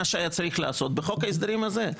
מה שהיה צריך לעשות בחוק ההסדרים הזה,